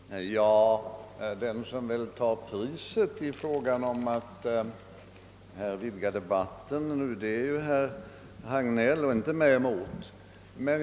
Herr talman! Den som väl tar priset när det gäller att utvidga denna debatt är herr Hagnell. Jag har i och för sig inget emot det.